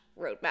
roadmap